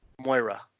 Moira